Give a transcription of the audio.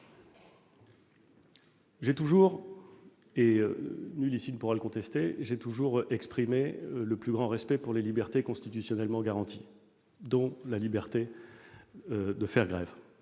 généralisée. Nul ici ne pourra le contester, j'ai toujours marqué le plus grand respect pour les libertés constitutionnellement garanties, dont la liberté de faire grève.